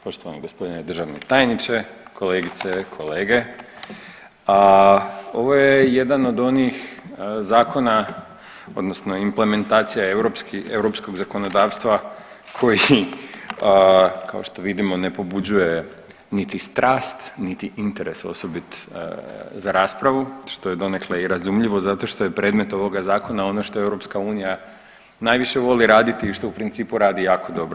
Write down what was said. Poštovani gospodine državni tajniče, kolegice i kolege, ovo je jedan od onih zakona odnosno implementacija europskog zakonodavstva koji kao što vidimo ne pobuđuje niti strast, niti interes osobit za raspravu što je donekle i razumljivo zato što je predmet ovog zakona ono što EU najviše voli raditi i što u principu radi jako dobro.